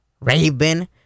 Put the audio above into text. Raven